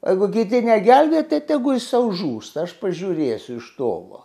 o jeigu kiti negelbėja tai tegu jie sau žūsta aš pažiūrėsiu iš tolo